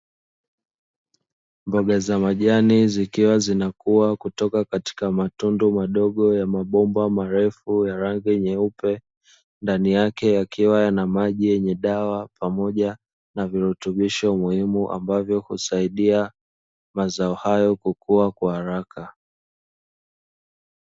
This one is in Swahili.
Mboga za majani zikiwa zinakua kutoka katika matundu madogo ya mabomba marefu ya rangi nyeupe, ndani yake yakiwa yana maji yenye dawa pamoja na virutubisho muhimu ambavyo husaidia mazao hayo kukua kwa haraka.